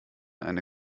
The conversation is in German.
eine